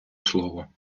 слово